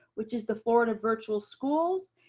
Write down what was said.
which is the florida virtual schools.